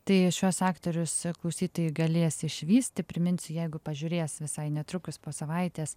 tai šiuos aktorius klausytojai galės išvysti priminsiu jeigu pažiūrės visai netrukus po savaitės